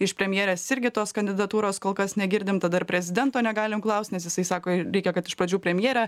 iš premjerės irgi tos kandidatūros kol kas negirdim tada ir prezidento negalim klaust nes jisai sako reikia kad iš pradžių premjerė